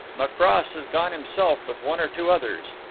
macross has gone himself with one or two others.